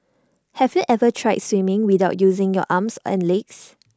have you ever tried swimming without using your arms and legs